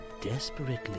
desperately